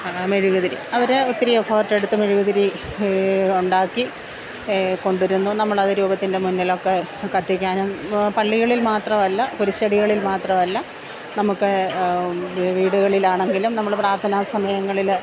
മെഴുകുതിരി അവര് ഒത്തിരി എഫേർട്ടെടുത്ത് മെഴുകുതിരി ഉണ്ടാക്കി കൊണ്ടുവരുന്നു നമ്മളത് രൂപത്തിൻ്റെ മുന്നിലൊക്കെ കത്തിക്കാനും പള്ളികളിൽ മാത്രമല്ല കുരിശടികളിൽ മാത്രമല്ല നമുക്ക് വീടുകളിൽ ആണെങ്കിലും നമ്മള് പ്രാർത്ഥനാ സമയങ്ങളില്